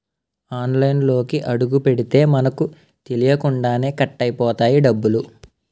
ఆన్లైన్లోకి అడుగుపెడితే మనకు తెలియకుండానే కట్ అయిపోతాయి డబ్బులు